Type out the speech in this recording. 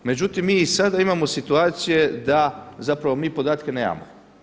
Međutim, mi i sada imamo situacije da zapravo mi podatke nemamo.